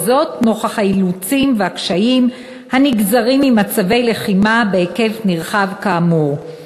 נוכח האילוצים והקשיים הנגזרים ממצבי לחימה בהיקף נרחב כאמור.